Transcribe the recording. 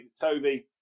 Toby